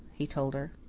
he told her.